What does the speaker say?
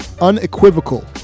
Unequivocal